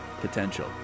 potential